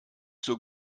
zur